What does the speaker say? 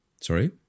Sorry